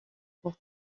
pour